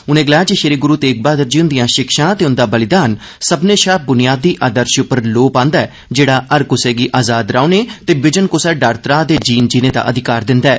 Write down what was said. उनें गलाया र्जे श्री गुरु तेग बहादुर जी हुंदिआं शिक्षां ते उंदा बलिदान सब्मनें शा बुनियादी आदर्श उप्पर लोऽ पांदा ऐ जेहड़ा हर कुसै गी आजाद रौहने ते बिजन कुसै डर त्राह दे जीन जीने दा अधिकार दिंदा ऐ